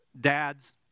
Dads